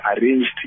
arranged